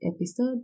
episode